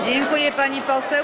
Dziękuję, pani poseł.